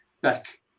back